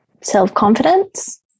self-confidence